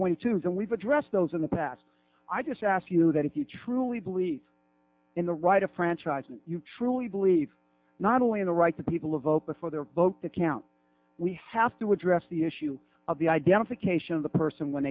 twenty two and we've addressed those in the past i just ask you that if you truly believe in the right of franchise and you truly believe not only in the right to people of open for their vote to count we have to address the issue of the identification of the person when